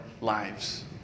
lives